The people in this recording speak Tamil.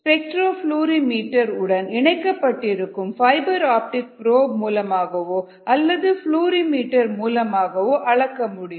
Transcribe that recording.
ஸ்பெக்டரோஃபிளாரிமீட்டர் உடன் இணைக்கப்பட்டிருக்கும் பைபர் ஆப்டிகல் ப்ரோபு மூலமாகவோ அல்லது ப்ளோரிமீட்டர் மூலமாகவோ அளக்க முடியும்